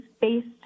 based